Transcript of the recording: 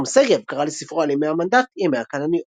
תום שגב קרא לספרו על ימי המנדט "ימי הכלניות".